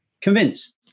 Convinced